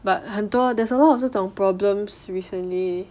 but 很多 there's a lot of 这种 problems recently